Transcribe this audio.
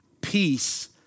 peace